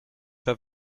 pas